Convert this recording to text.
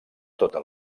tota